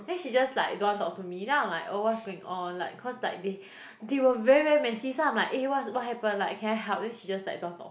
then she just like don't want talk to me then I'm like oh what's going on like cause like they they were very very messy so I'm like eh what what happen like can I help then she just like don't want talk